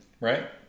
right